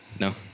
No